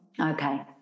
okay